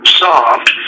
solved